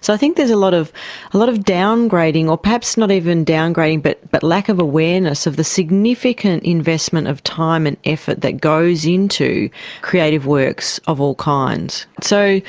so i think there's a lot of ah lot of down-grading or perhaps not even downgrading but but lack of awareness of the significant investment of time and effort that goes into creative works of all kinds. so